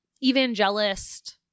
evangelist